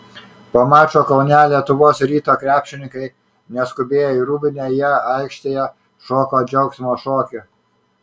po mačo kaune lietuvos ryto krepšininkai neskubėjo į rūbinę jie aikštėje šoko džiaugsmo šokį